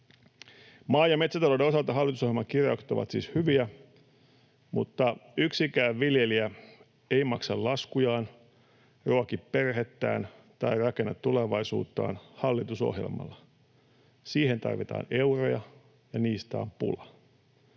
Maa- ja metsätalouden osalta hallitusohjelman kirjaukset ovat siis hyviä, mutta yksikään viljelijä ei maksa laskujaan, ruoki perhettään tai rakenna tulevaisuuttaan hallitusohjelmalla. Siihen tarvitaan euroja, ja niistä on pula.